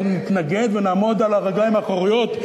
אנחנו נתנגד ונעמוד על הרגליים האחוריות,